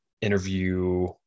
interview